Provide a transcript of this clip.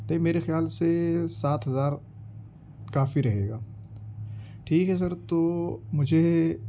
نہیں میرے خیال سے سات ہزار کافی رہے گا ٹھیک ہے سر تو مجھے